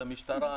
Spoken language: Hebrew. המשטרה,